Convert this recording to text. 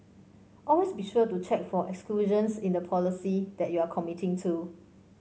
always be sure to check for exclusions in the policy that you are committing to